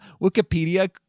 Wikipedia